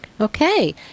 Okay